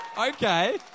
Okay